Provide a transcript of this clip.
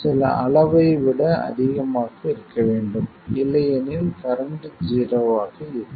சில அளவை விட அதிகமாக இருக்க வேண்டும் இல்லையெனில் கரண்ட் ஜீரோவாக இருக்கும்